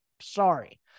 Sorry